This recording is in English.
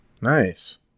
Nice